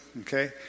okay